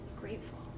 grateful